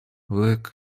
велика